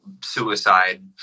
suicide